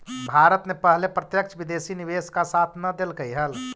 भारत ने पहले प्रत्यक्ष विदेशी निवेश का साथ न देलकइ हल